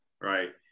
right